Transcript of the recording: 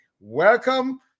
Welcome